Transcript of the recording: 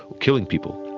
killing people.